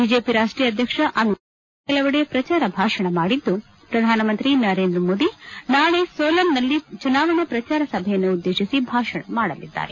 BJP ರಾಷ್ಟೀಯ ಅಧ್ಯಕ್ಷ ಅಮಿತ್ ಶಾ ರಾಜ್ಯದ ಕೆಲವೆಡೆ ಪ್ರಚಾರ ಭಾಷಣ ಮಾಡಿದ್ದು ಪ್ರಧಾನಮಂತ್ರಿ ನರೇಂದ್ರ ಮೋದಿ ನಾಳೆ ಸೋಲನ್ನಲ್ಲಿ ಚುನಾವಣಾ ಪ್ರಚಾರ ಸಭೆಯನ್ನು ಉದ್ದೇಶಿ ಭಾಷಣ ಮಾಡಲಿದ್ದಾರೆ